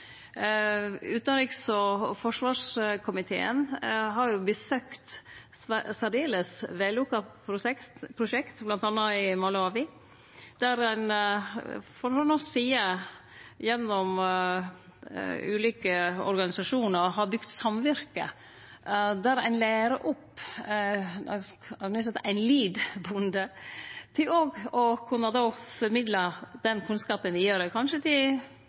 Utanriks- og forsvarskomiteen har besøkt særdeles vellukka prosjekt, bl.a. i Malawi, der ein frå norsk side, gjennom ulike organisasjonar, har bygd samvirke der ein lærer opp, eg hadde nær sagt, ein «lead-bonde» til å kunne formidle den kunnskapen vidare, kanskje til